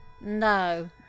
No